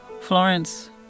Florence